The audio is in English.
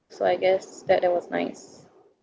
so I guess that that was nice